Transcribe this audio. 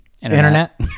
Internet